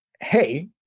hey